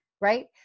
right